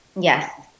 Yes